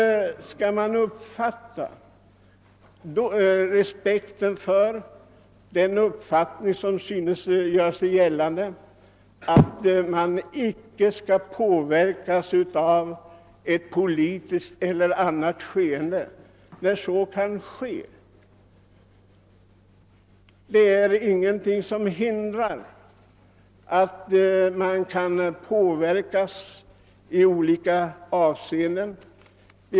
Hur skall man uppskatta respekten för den mening som synes göra sig gällande, att domare och ämbetsmän icke skall påverkas av det politiska skeendet, när sådant kan äga rum? Det är ingenting som hindrar att domare kan påverkas i olika avseenden.